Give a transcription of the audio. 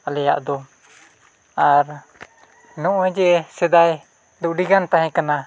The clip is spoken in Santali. ᱟᱞᱮᱭᱟᱜ ᱫᱚ ᱟᱨ ᱱᱚᱜᱼᱚᱭ ᱡᱮ ᱥᱮᱫᱟᱭ ᱫᱚ ᱟᱹᱰᱤᱜᱟᱱ ᱛᱟᱦᱮᱸ ᱠᱟᱱᱟ